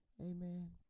amen